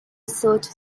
research